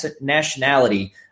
nationality